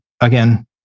again